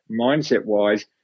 mindset-wise